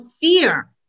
fear